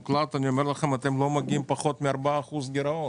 רואה שלא מגיעים לפחות מ-4% גירעון.